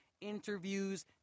interviews